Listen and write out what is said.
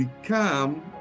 become